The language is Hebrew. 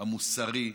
המוסרי,